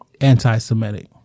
anti-Semitic